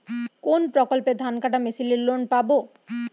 কোন প্রকল্পে ধানকাটা মেশিনের লোন পাব?